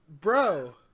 bro